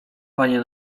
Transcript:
panie